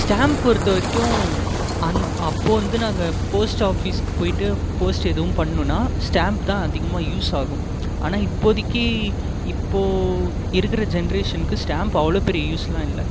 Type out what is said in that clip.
stamp பொறுத்த வரைக்கும் அப்போது வந்து நாங்கள் போஸ்ட் ஆஃபிஸ்க்கு போய்விட்டு போஸ்ட் எதுவும் பண்ணனுன்னால் ஸ்டாம்ப் தான் அதிகமாக யூஸ் ஆகும் ஆனால் இப்போதைக்கு இப்போது இருக்கிற ஜென்ரேஷனுக்கு ஸ்டாம்ப் அவ்வளோ பெரிய யூஸ்லாம் இல்லை